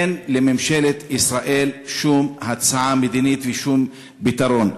אין לממשלת ישראל שום הצעה מדינית ושום פתרון.